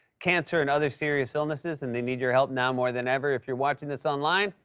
cancer, and other serious illnesses. and they need your help now more than ever. if you're watching this online,